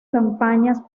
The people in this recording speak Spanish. campañas